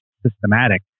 systematic